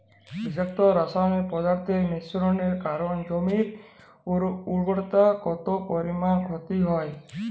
বিষাক্ত রাসায়নিক পদার্থের মিশ্রণের কারণে জমির উর্বরতা কত পরিমাণ ক্ষতি হয়?